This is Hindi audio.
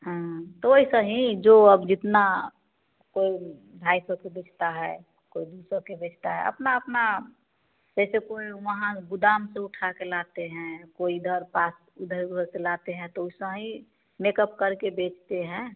तो ही सही जो अब जितना कोई ढाई सौ के बेचता है कोई दो सौ के बेचता है अपना अपना वैसे कोई वहाँ गोदाम से उठा के लाते हैं कोई इधर पास इधर उधर से लाते हैं तो वैसा ही मेकअप करके देखते हैं